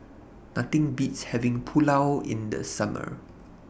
Nothing Beats having Pulao in The Summer